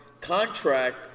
contract